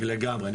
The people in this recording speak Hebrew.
לגמרי.